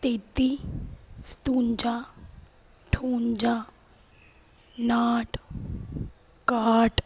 तेती सतुंजा ठूंजा नाह्ठ काह्ठ